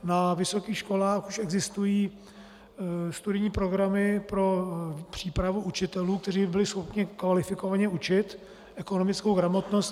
Na vysokých školách už existují studijní programy pro přípravu učitelů, kteří by byli schopni kvalifikovaně učit ekonomickou gramotnost.